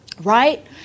right